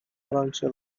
هرآنچه